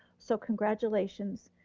so congratulations,